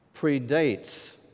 predates